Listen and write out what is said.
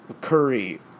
Curry